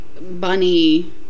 bunny